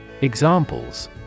Examples